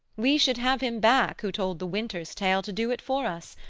we should have him back who told the winter's tale to do it for us.